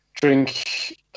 drink